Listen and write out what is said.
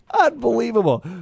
unbelievable